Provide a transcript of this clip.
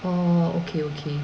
orh okay okay